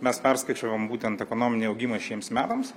mes perskaičiavom būtent ekonominį augimą šiems metams